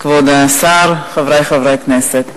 כבוד השר, חברי חברי הכנסת,